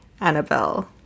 Annabelle